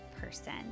person